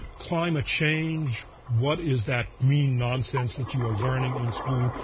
climate change. what is that green nonsense that you are learning in school?